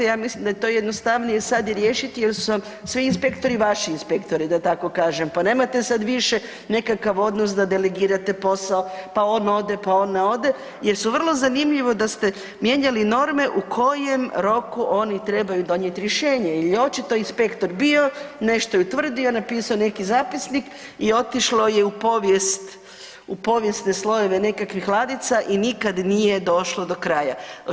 Ja mislim da je to jednostavnije sad i riješiti jer su vam svi inspektori vaši inspektori da tako kažem pa nemate sad više nekakav odnos da delegirate posao, pa on ode, pa on ne ode jer su vrlo zanimljivo da ste mijenjali norme u kojem roku oni trebaju donijeti rješenje, jer je očito inspektor bio, nešto je utvrdio, napisao neki zapisnik i otišlo je u povijest, u povijesne slojeve nekakvih ladica i nikad nije došlo do kraja.